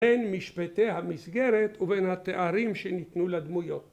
‫בין משפטי המסגרת ‫ובין התארים שניתנו לדמויות.